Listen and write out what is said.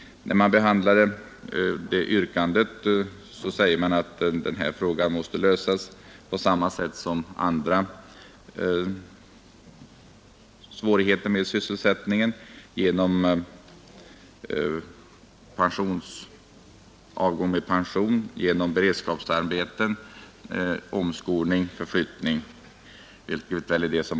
När man behandlade detta yrkande sade man att denna fråga måste lösas på samma sätt som andra svårigheter med sysselsättningen — genom avgång med pension, genom beredskapsarbe ten, omskolning och förflyttning.